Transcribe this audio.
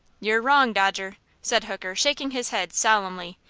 you're wrong, dodger, said hooker, shaking his head, solemnly.